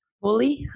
Fully